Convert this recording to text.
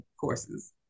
courses